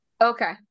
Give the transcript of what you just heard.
Okay